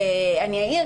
אני אעיר,